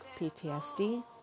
PTSD